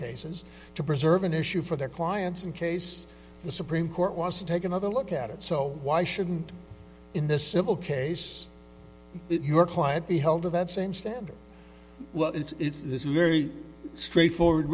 cases to preserve an issue for their clients in case the supreme court wants to take another look at it so why shouldn't in the civil case that your client be held to that same standard well it's very straightforward